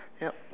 yup